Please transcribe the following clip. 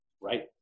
Right